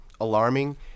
alarming